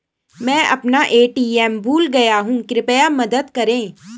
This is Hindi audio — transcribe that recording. मैं अपना ए.टी.एम भूल गया हूँ, कृपया मदद करें